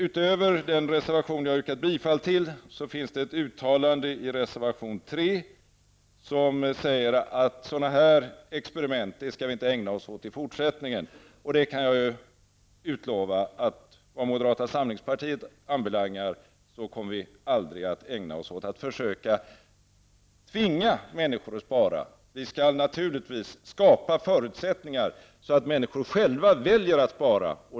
Utöver den reservation jag har yrkat bifall till finns det ett uttalande i reservation 3, där man säger att vi inte skall ägna oss åt sådana här experiment i fortsättningen. Och jag kan utlova att vad moderata samlingspartiet anbelangar kommer vi aldrig att ägna oss åt att försöka tvinga människor att spara. Vi skall naturligtvis skapa förutsättningar så att människor själva väljer att spara.